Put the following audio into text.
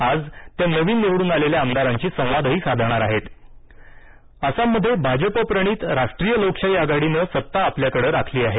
आज त्या नवीन निवडून आलेल्या आमदारांशी संवादही साधणार आहेत आसाममध्ये भाजप प्रणित राष्ट्रीय लोकशाही आघाडीनं सत्ता आपल्याकडे राखली आहे